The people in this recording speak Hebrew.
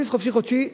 כרטיס "חופשי-חודשי"